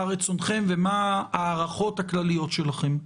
מה רצונכם ומהן ההערכות הכלליות שלכם,